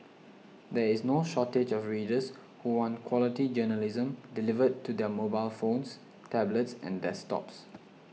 there is no shortage of readers who want quality journalism delivered to their mobile phones tablets and desktops